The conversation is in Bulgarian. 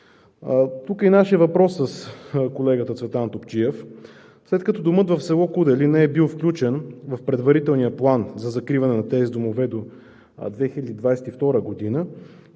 Тук е и нашият въпрос с колегата Цветан Топчиев: след като домът в с. Куделин не е бил включен в предварителния план за закриване на тези домове до 2022 г.,